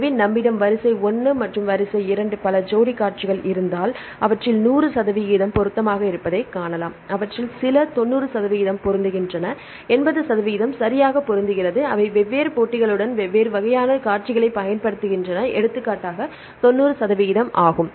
எனவே நம்மிடம் வரிசை 1 வரிசை 2 பல ஜோடி காட்சிகள் இருந்தால் அவற்றில் 100 சதவிகிதம் பொருத்தமாக இருப்பதைக் காணலாம் அவற்றில் சில 90 சதவிகிதம் பொருந்துகின்றன 80 சதவிகிதம் சரியாக பொருந்துகிறது அவை வெவ்வேறு போட்டிகளுடன் வெவ்வேறு வகையான காட்சிகளைப் பயன்படுத்துகின்றன எடுத்துக்காட்டாக 90 சதவீதம் ஆகும்